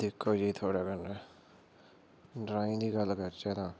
दिखो जी तुंदै कन्नै ड्राईंग दी गल्ल करचै ना